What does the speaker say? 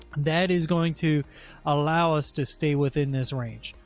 that is going to allow us to stay within this range.